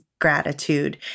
gratitude